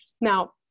Now